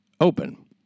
open